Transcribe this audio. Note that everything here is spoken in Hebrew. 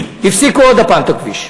הפסיקו עוד הפעם את הכביש.